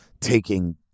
taking